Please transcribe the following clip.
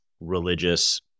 religious